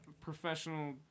professional